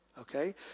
Okay